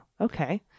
Okay